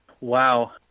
Wow